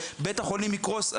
ובית החולים יקרוס,